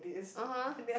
(uh huh)